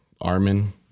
Armin